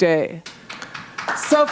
day so